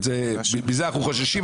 מזה אנחנו חוששים,